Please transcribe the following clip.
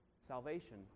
Salvation